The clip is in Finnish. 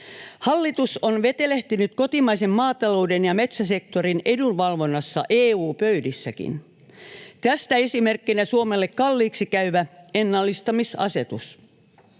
Hallitus on vetelehtinyt kotimaisen maatalouden ja metsäsektorin edunvalvonnassa EU-pöydissäkin. Tästä esimerkkinä on Suomelle kalliiksi käyvä ennallistamisasetus.